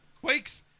Quakes